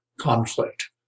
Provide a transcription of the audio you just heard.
conflict